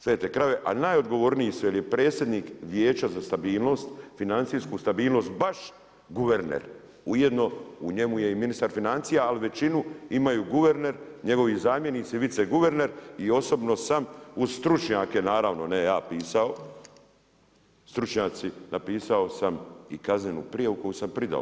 Svete krave, a najodgovorniji su, jer je predsjednik vijeća za stabilnosti, financijsku stabilnost baš guverner ujedano u njemu je i ministar financija, ali većinu imaju guverner, njegovi zamjenici, Vice guverner i osobno sam uz stručnjake, naravno, ne ja pisao, stručnjaci, napisao sam i kaznenu prijavu koju sam predao.